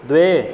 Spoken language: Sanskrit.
द्वे